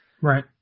Right